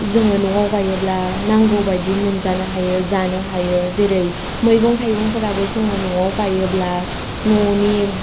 जोङो न'वाव गायोब्ला नांगौ बायदि मोनजानो हायो जानो हायो जेरै मैगं थाइगङाबो जों न'वाव गायोब्ला न'नि